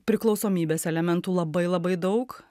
priklausomybės elementų labai labai daug